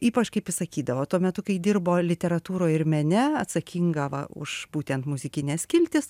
ypač kaip ji sakydavo tuo metu kai dirbo literatūroj ir mene atsakinga va už būtent muzikines skiltis